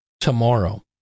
tomorrow